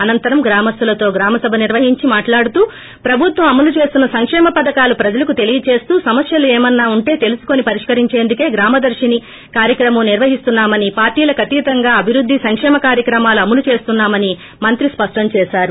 అనంతరం గ్రామస్సులతో గ్రామసభ నిర్వహించి మాట్లాడుతూ ప్రభుత్వం అమలు చేస్తున్న సంకేమ పధకాలు ప్రజలకు తెలీయజేస్తూ సమస్యలు ఏమన్నా ఉంటే తెలుసుకొని పరిష్కరించేందుకే గ్రామదర్సిని కార్యక్రమం నిర్వహిస్తున్నామని పార్టీలకతీతంగా అభివృద్ది సంకేమ కార్యక్రమాలు అమలు చేస్తున్నా మని మంత్రి స్పష్టం చేశారు